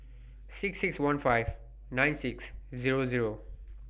six six one five nine six Zero Zero